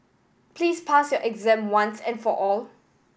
please pass your exam once and for all